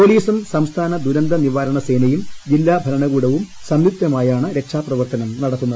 പൊലീസും സംസ്ഥാന ദുരന്ത നിവാരണ സേനയും ജില്ലാ ഭരണകൂടവും സംയുക്തമായാണ് രക്ഷാപ്രവർത്തനം നടത്തുന്നത്